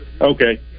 Okay